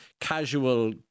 casual